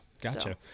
Gotcha